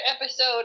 episode